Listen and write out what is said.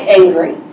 angry